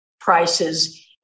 prices